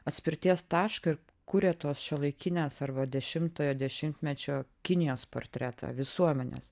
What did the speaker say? atspirties tašką kuria tos šiuolaikinės arba dešimtojo dešimtmečio kinijos portretą visuomenės